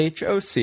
HOC